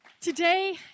Today